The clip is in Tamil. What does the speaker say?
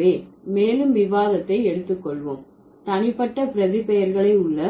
எனவே மேலும் விவாதத்தை எடுத்து கொள்வோம் தனிப்பட்ட பிரதிபெயர்களை உள்ள